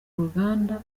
ruganda